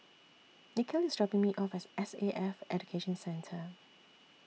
Nikhil IS dropping Me off At The S A F Education Centre